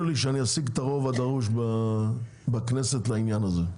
לי שאני אשיג את הרוב הדרוש בכנסת לעניין הזה.